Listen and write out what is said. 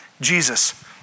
Jesus